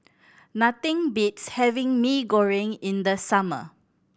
nothing beats having Mee Goreng in the summer